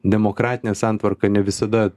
demokratinė santvarka ne visada